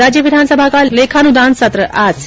राज्य विधानसभा का लेखानुदान सत्र आज से